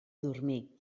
dormir